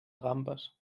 gambes